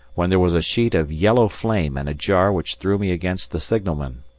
when there was a sheet of yellow flame and a jar which threw me against the signalman.